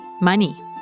Money